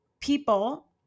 people